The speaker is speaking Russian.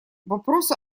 вопросу